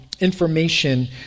information